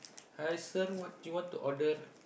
hi sir what you want to order